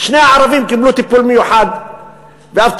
ושני הערבים קיבלו טיפול מיוחד ואבטחה